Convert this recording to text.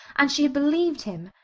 and she had believed him.